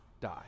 die